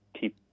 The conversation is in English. keep